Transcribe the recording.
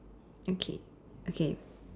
okay okay